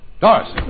Doris